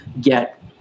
get